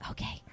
Okay